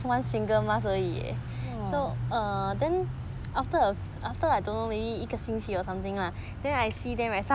!wah!